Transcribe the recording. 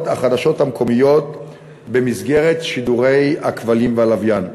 החדשות המקומיות במסגרת שידורי הכבלים והלוויין.